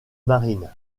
marine